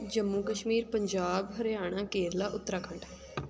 Jammu Kashmir Punjab Haryana Kerala Uttarakhand